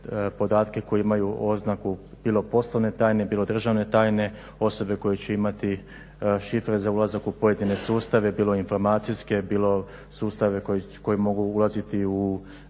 podatke koji imaju oznaku bilo poslovne tajne, bilo državne tajne, osobe koje će imati šifre za ulazak u pojedine sustave bilo informacijske, bilo sustave koji mogu ulaziti u